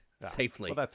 safely